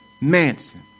Manson